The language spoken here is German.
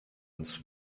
uns